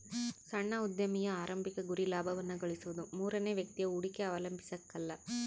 ಸಣ್ಣ ಉದ್ಯಮಿಯ ಆರಂಭಿಕ ಗುರಿ ಲಾಭವನ್ನ ಗಳಿಸೋದು ಮೂರನೇ ವ್ಯಕ್ತಿಯ ಹೂಡಿಕೆ ಅವಲಂಬಿಸಕಲ್ಲ